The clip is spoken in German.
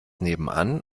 nebenan